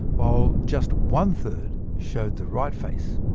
while just one-third showed the right face.